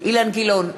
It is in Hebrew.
אילן גילאון,